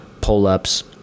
pull-ups